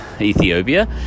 Ethiopia